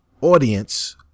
audience